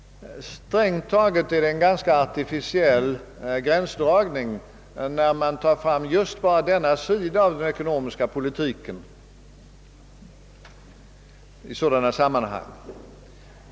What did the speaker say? Strängt taget är det en ganska artificiell gränsdragning att gå in endast på denna sida av den ekonomiska politiken i dylika sammanhang.